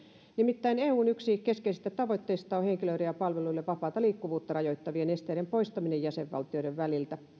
nimittäin eun yksi keskeisistä tavoitteista on henkilöiden ja palveluiden vapaata liikkuvuutta rajoittavien esteiden poistaminen jäsenvaltioiden väliltä